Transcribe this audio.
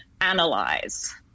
analyze